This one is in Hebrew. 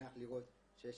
שמח לראות שיש